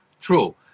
true